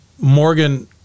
Morgan